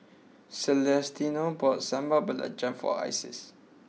Celestino bought Sambal Belacan for Isis